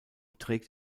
trägt